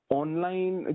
online